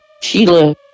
Sheila